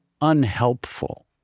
unhelpful